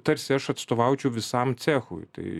tarsi aš atstovaučiau visam cechui tai